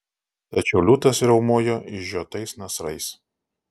tačiau liūtas riaumojo išžiotais nasrais